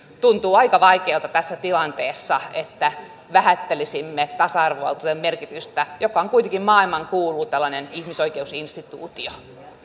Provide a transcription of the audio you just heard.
tuntuu aika vaikealta tässä tilanteessa että vähättelisimme tasa arvovaltuutetun merkitystä joka on kuitenkin maailmankuulu tällainen ihmisoikeusinstituutio